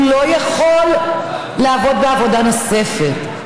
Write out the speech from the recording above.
והוא לא יכול לעבוד בעבודה נוספת.